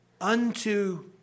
unto